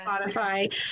Spotify